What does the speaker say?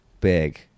Big